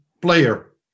player